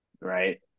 Right